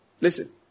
Listen